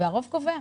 והרוב קובע.